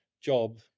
job